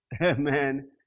Amen